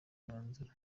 umwanzuro